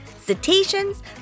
Cetaceans